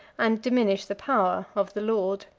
and diminish the power, of the lord.